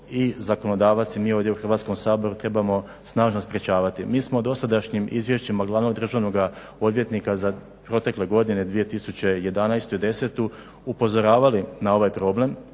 i zakonodavac i mi ovdje u Hrvatskom saboru trebamo snažno sprječavati. Mi smo dosadašnjim izvješćima Glavnog državnoga odvjetnika za protekle godine 2011. i 2010. upozoravali na ovaj problem.